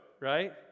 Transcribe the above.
right